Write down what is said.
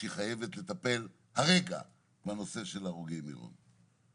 שהיא חייבת לטפל הרגע בנושא של הרוגי מירון.